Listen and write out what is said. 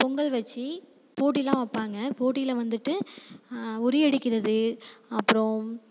பொங்கல் வச்சு போட்டியெல்லாம் வைப்பாங்க போட்டியில் வந்துட்டு உரி அடிக்கிறது அப்புறம்